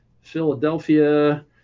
Philadelphia